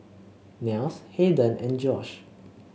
Nels Hayden and Josh